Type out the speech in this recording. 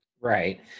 right